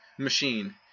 machine